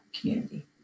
community